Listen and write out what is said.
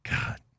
God